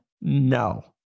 no